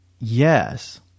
Yes